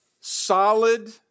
solid